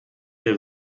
der